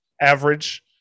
average